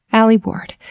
alie ward.